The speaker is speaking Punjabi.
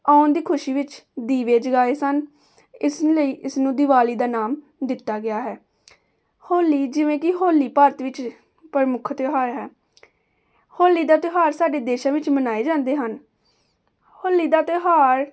ਆਉਣ ਦੀ ਖੁਸ਼ੀ ਵਿੱਚ ਦੀਵੇ ਜਗਾਏ ਸਨ ਇਸ ਲਈ ਇਸ ਨੂੰ ਦਿਵਾਲੀ ਦਾ ਨਾਮ ਦਿੱਤਾ ਗਿਆ ਹੈ ਹੋਲੀ ਜਿਵੇਂ ਕਿ ਹੋਲੀ ਭਾਰਤ ਵਿੱਚ ਪ੍ਰਮੁੱਖ ਤਿਉਹਾਰ ਹੈ ਹੋਲੀ ਦਾ ਤਿਉਹਾਰ ਸਾਡੇ ਦੇਸ਼ਾਂ ਵਿੱਚ ਮਨਾਏ ਜਾਂਦੇ ਹਨ ਹੋਲੀ ਦਾ ਤਿਉਹਾਰ